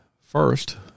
first